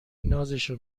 نازشو